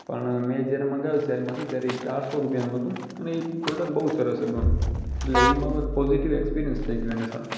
પણ મેં જયારે મંગાવ્યું સેલમાંથી ત્યારે એ ચારસો રૂપિયાનું હતું અને એ પ્રોડ્કટ બહુ સરસ હતું એમ એટલે એ મારું એક પૉઝિટિવ ઍક્સપિરિયન્સ થઈ ગયો એની સાથે